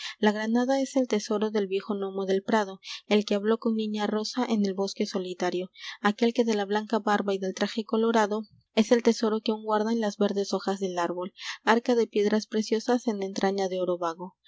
la granada es el tesoro del viejo gnomo del prado el que habló con niña rosa en el bosque solitario aquél de la blanca barba y del traje colorado es el tesoro que aún guardan las verdes hojas del árbol arca de piedras preciosas en entraña de oro vago